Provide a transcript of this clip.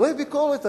דברי ביקורת עלינו,